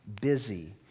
busy